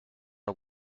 are